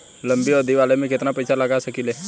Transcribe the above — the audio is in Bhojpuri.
लंबी अवधि वाला में केतना पइसा लगा सकिले?